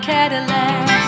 Cadillac